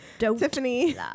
Tiffany